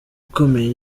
ikomeye